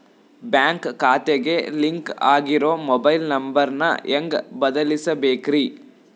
Bank ಖಾತೆಗೆ link ಆಗಿರೋ mobile number ನ ಹೆಂಗ್ ಬದಲಿಸಬೇಕ್ರಿ?